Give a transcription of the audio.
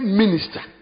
minister